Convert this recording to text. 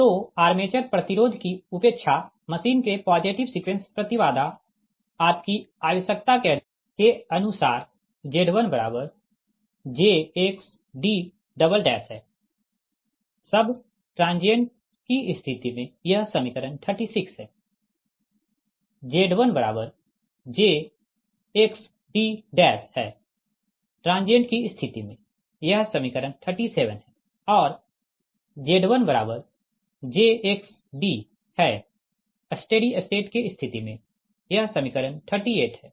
तो आर्मेचर प्रतिरोध की उपेक्षा मशीन के पॉजिटिव सीक्वेंस प्रति बाधा आपकी आवश्यकता के अनुसार Z1jXd है उप ट्रांजिएंट की स्थिति में यह समीकरण 36 है Z1jXd है ट्रांजिएंट की स्थिति में यह समीकरण 37 है और Z1jXd है स्टीडी स्टेट के स्थिति में यह समीकरण 38 है